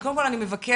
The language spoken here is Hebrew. קודם כל אני מבקשת,